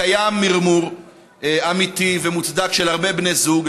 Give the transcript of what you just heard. קיים מרמור אמיתי ומוצדק של הרבה בני זוג,